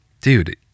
Dude